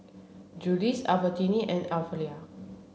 Julie's Albertini and Aprilia